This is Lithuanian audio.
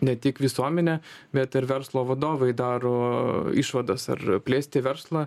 ne tik visuomenė bet ir verslo vadovai daro išvadas ar plėsti verslą